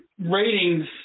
ratings